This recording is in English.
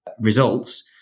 results